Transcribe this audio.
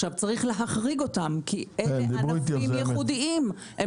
צריך להחריג אותם, כי הם ענפים ייחודיים.